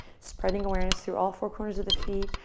spreading awareness through all four corners of the feet,